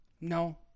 No